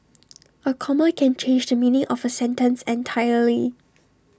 A comma can change the meaning of A sentence entirely